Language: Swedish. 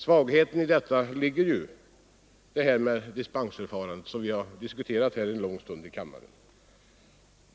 Svagheten i den ligger ju i dispensförfarandet, som vi har diskuterat en lång stund här i kammaren.